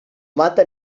mata